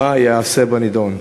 מה ייעשה בנדון?